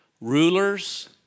rulers